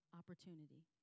opportunity